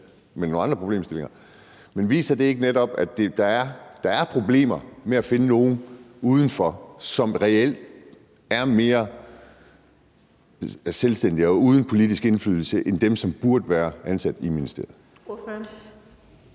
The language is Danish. Men viser det ikke netop, at der er problemer med at finde nogen udenfor, som reelt er mere selvstændige og uden politisk indflydelse end dem, som burde være ansat i ministeriet?